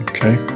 Okay